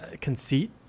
conceit